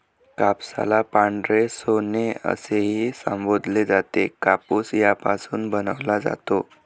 कापसाला पांढरे सोने असेही संबोधले जाते, कापूस यापासून बनवला जातो